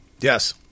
Yes